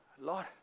Lord